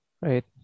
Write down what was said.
Right